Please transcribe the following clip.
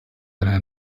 eine